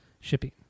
shipping